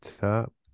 top